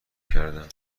کردن